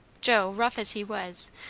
joe, rough as he was,